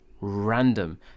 random